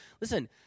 listen